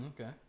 Okay